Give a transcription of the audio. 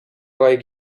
like